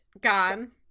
gone